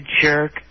Jerk